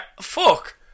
Fuck